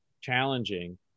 challenging